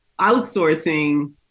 outsourcing